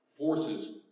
forces